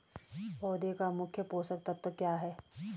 पौधें का मुख्य पोषक तत्व क्या है?